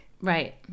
right